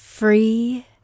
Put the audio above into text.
Free